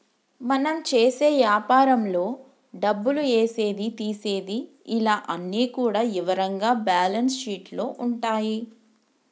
మనం చేసే యాపారంలో డబ్బులు ఏసేది తీసేది ఇలా అన్ని కూడా ఇవరంగా బ్యేలన్స్ షీట్ లో ఉంటాయి